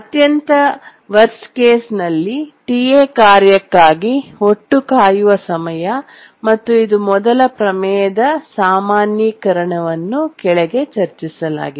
ಅತ್ಯಂತ ಕೆಟ್ಟ ಸಂದರ್ಭದಲ್ಲಿ Ta ಕಾರ್ಯಕ್ಕಾಗಿ ಒಟ್ಟು ಕಾಯುವ ಸಮಯ ಮತ್ತು ಇದು ಮೊದಲ ಪ್ರಮೇಯದ ಸಾಮಾನ್ಯೀಕರಣವನ್ನು ಕೆಳಗೆ ಚರ್ಚಿಸಲಾಗಿದೆ